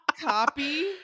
Copy